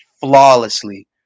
flawlessly